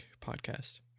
podcast